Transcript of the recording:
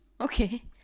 Okay